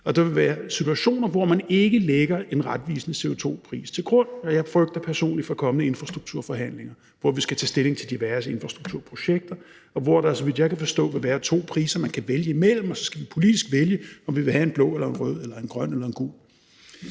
og der vil være situationer, hvor man ikke lægger en retvisende CO2-pris til grund, og jeg frygter personligt for kommende infrastrukturforhandlinger, hvor vi skal tage stilling til diverse infrastrukturprojekter, og hvor der, så vidt jeg kan forstå, vil være to priser, man kan vælge imellem, og så skal vi politisk vælge, om vi vil have en blå eller en rød eller en grøn eller en gul.